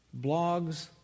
blogs